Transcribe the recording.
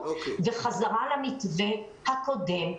אנחנו חוזרים למתווה הקודם.